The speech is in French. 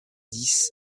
dix